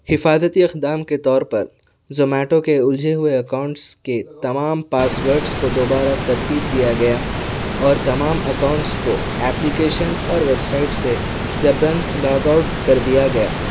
حفاظتی اقدام کے طور پر زومیٹو کے الجھے ہوئے اکاؤنٹس کے تمام پاس ورڈس کو دوبارہ ترتیب دیا گیا اور تمام اکاؤنٹس کو ایپلیکیشن اور ویب سائٹ سے جبراً لوگ آؤٹ کر دیا گیا